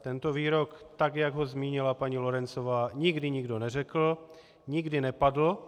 Tento výrok, tak jak ho zmínila paní Lorencová, nikdy nikdo neřekl, nikdy nepadl.